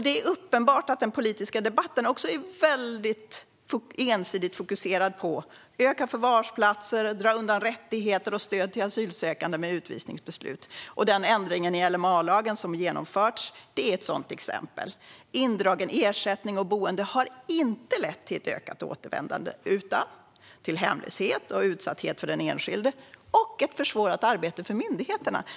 Det är uppenbart att den politiska debatten också är ensidigt fokuserad på ökat antal förvarsplatser och att dra undan rättigheter och stöd till asylsökande med utvisningsbeslut. Den ändring som genomförts i LMA är ett sådant exempel. Indragen ersättning och boende har inte lett till ett ökat återvändande utan till hemlöshet och utsatthet för den enskilde och ett försvårat arbete för myndigheterna.